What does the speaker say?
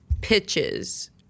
pitches